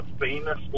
famous